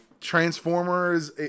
transformers